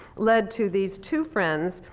led to these two friends,